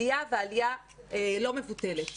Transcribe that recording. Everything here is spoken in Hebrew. והעלייה היא לא מבוטלת.